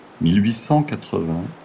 1880